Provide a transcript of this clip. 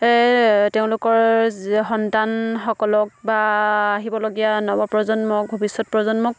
তেওঁলোকৰ সন্তানসকলক বা আহিবলগীয়া নৱপ্ৰজন্মক ভৱিষ্যত প্ৰজন্মক